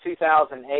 2008